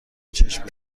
چشم